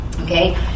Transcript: okay